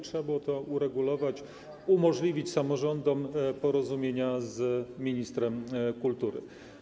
Trzeba było to uregulować, umożliwić samorządom zawarcie porozumienia z ministrem kultury.